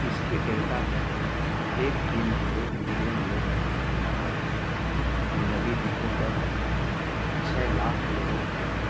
इसके डेल्टा में एक तीन ज़ीरो मिलियन लोग रहते हैं और नदी द्वीपों पर छह लाख लोग रहते हैं